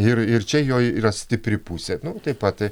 ir ir čia jo yra stipri pusė taip pat